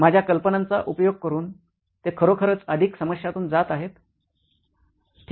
माझ्या कल्पनांचा उपयोग करून ते खरोखरच अधिक समस्यांतून जात आहेत